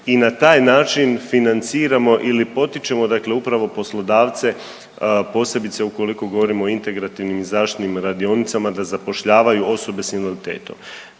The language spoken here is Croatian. i na taj način financiramo ili potičemo dakle upravo poslodavce posebice ukoliko govorimo o integrativnim i zaštitnim radionicama da zapošljavaju osobe s invaliditetom.